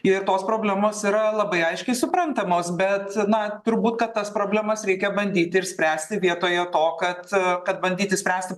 ir tos problemos yra labai aiškiai suprantamos bet na turbūt kad tas problemas reikia bandyti išspręsti vietoje to kad kad bandyti spręsti